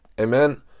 Amen